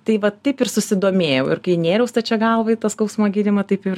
tai vat taip ir susidomėjau ir kai nėriau stačia galva į tą skausmo gydymą taip ir